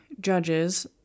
judges